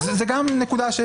זו גם נקודה.